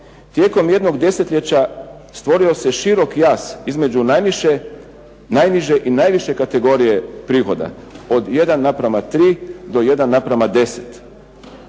Tijekom jednog desetljeća stvorio se širok jaz između najniže i najviše kategorije prihoda od jedan naprama tri do jedan naprama